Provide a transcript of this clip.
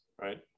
right